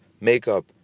makeup